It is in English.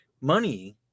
money